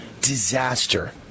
disaster